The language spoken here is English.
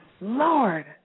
Lord